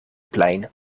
plein